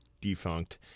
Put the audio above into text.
defunct